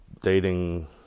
dating